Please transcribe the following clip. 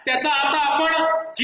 त्याचा आता आपण जी